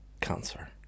cancer